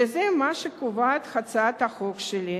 וזה מה שקובעת הצעת החוק שלי.